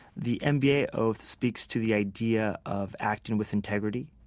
the mba oath speaks to the idea of acting with integrity,